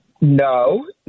No